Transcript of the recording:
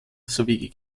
sowie